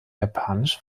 japanisch